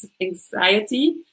anxiety